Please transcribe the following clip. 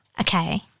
Okay